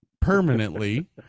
permanently